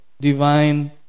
divine